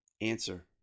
Answer